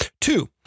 Two